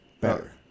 better